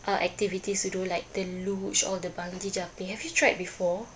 uh activities to do like the luge or the bungee jumping have you tried before